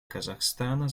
казахстана